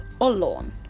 alone